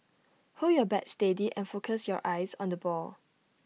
hold your bat steady and focus your eyes on the ball